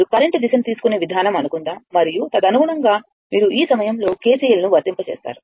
మీరు కరెంట్ దిశను తీసుకునే విధానం అనుకుందాం మరియు తదనుగుణంగా మీరు ఈ సమయంలో KCL ను వర్తింప చేస్తారు